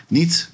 niet